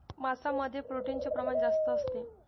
मांसामध्ये प्रोटीनचे प्रमाण जास्त असते